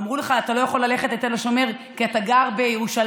אמרו לך שאתה לא יכול ללכת לתל השומר כי אתה גר בירושלים?